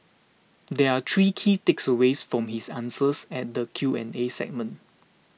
there are three key takeaways from his answers at the Q and A segment